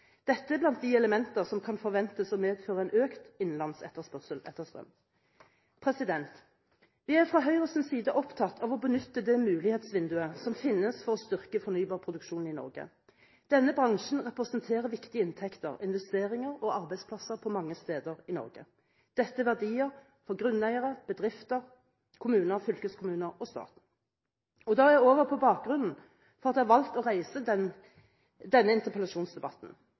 Dette er blant de elementer som kan forventes å medføre en økt innenlandsk etterspørsel etter strøm. Fra Høyres side er vi opptatt av å benytte det mulighetsvinduet som finnes for å styrke fornybarproduksjonen i Norge. Denne bransjen representerer viktige inntekter, investeringer og arbeidsplasser mange steder i Norge. Dette er verdier for grunneiere, bedrifter, kommuner, fylkeskommuner og staten, og da er jeg over på bakgrunnen for at jeg har valgt å reise denne interpellasjonsdebatten.